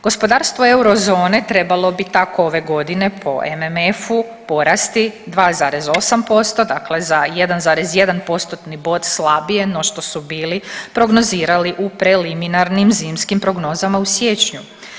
Gospodarstvo eurozone trebalo bi tako ove godine po MMF-u porasti 2,8% dakle za 1,1 postotni bod slabije no što su bili prognozirali u preliminarnim zimskim prognozama u siječnju.